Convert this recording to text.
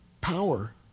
power